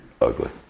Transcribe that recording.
ugly